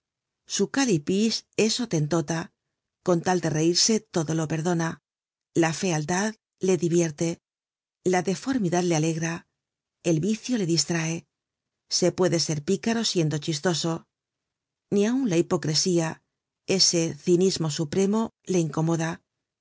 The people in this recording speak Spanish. su calipige es hotentota con tal de reírse todo lo perdona la fealdad le divierte la deformidad le alegra el vicio le distrae se puede ser picaro siendo chistoso ni aun la hipocresía ese cinismo supremo le incomoda